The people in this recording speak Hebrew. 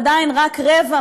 עדיין רק רבע,